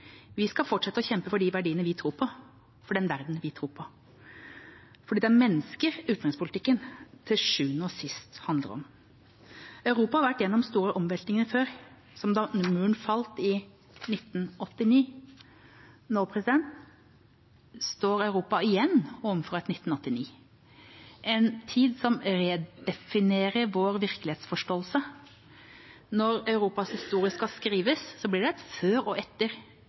Vi skal fortsette å kjempe for de verdiene vi tror på, og for den verden vi tror på, for det er mennesker utenrikspolitikken til sjuende og sist handler om. Europa har vært gjennom store omveltninger før, som da muren falt i 1989. Nå står Europa igjen overfor et 1989, en tid som redefinerer vår virkelighetsforståelse. Når Europas historie skal skrives, vil det bli et før og et etter